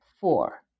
four